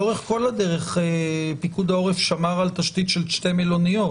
לאורך כל הדרך פיקוד העורף שמר על תשתית של שתי מלוניות.